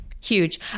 Huge